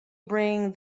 bring